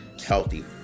Healthy